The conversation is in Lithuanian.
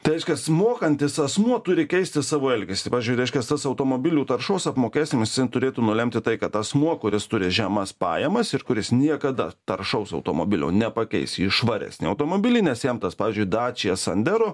tai reiškias mokantis asmuo turi keisti savo elgesį pavyzdžiui reiškias tas automobilių taršos apmokestinimas jis ten turėtų nulemti tai kad asmuo kuris turi žemas pajamas ir kuris niekada taršaus automobilio nepakeis į švaresnį automobilį nes jam tas pavyzdžiui dacia sanderu